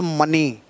money